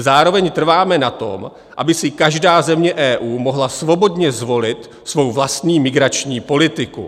Zároveň trváme na tom, aby si každá země EU mohla svobodně zvolit svou vlastní migrační politiku.